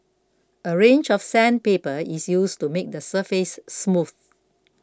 a range of sandpaper is used to make the surface smooth